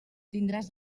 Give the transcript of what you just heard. tindràs